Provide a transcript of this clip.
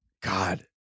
God